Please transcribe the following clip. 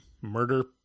murder